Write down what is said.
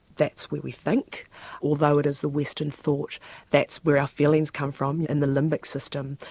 that's where we think although it is the western thought that's where our feelings come from, and the limbic system.